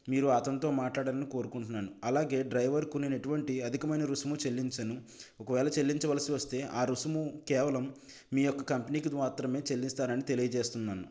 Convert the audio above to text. మీరు అతనితో మాట్లాడాలని కోరుకుంటున్నాను అలాగే డ్రైవర్కు నేను ఎటువంటి అధికమైన రుసుము చెల్లించను ఒకవేళ చెల్లించవలసి వస్తే ఆ రుసుము కేవలం మీ యొక్క కంపెనీకి మాత్రమే చెల్లిస్తానని తెలియజేస్తున్నాను